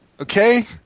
okay